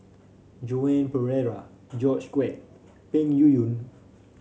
Joan Pereira George Quek and Yuyun